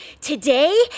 today